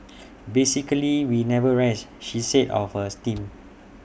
basically we never rest she said of hers team